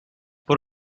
for